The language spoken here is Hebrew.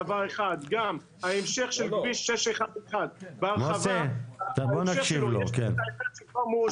דבר אחד: ההמשך של כביש 6. בהרחבה ההמשך שלו מאושר.